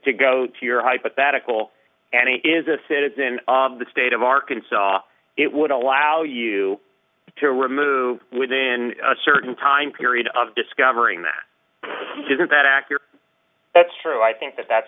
to go to your hypothetical and it is this it is in the state of arkansas it would allow you to remove within a certain time period of discovering that is that accurate that's true i think that that's